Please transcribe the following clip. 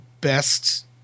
best